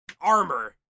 armor